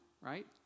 right